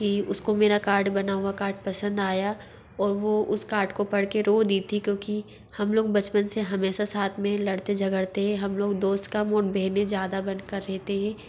कि उसको मेरा कार्ड बना हुआ कार्ड पसन्द आया और वो उस उस कार्ट को पढ़ के रो दी थी क्योंकि हम लोग बचपन से हमेशा साथ मे लड़ते झगड़ते हम लोग दोस्त कम और बहनें ज़्यादा बन कर रहती हैं